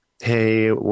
hey